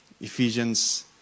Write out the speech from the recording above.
Ephesians